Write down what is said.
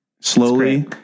slowly